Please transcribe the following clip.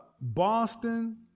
Boston